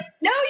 no